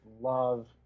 love